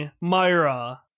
Myra